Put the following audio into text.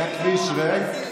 היה כביש ריק,